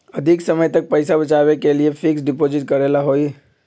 अधिक समय तक पईसा बचाव के लिए फिक्स डिपॉजिट करेला होयई?